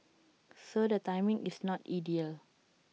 so the timing is not ideal